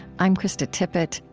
i'm krista tippett.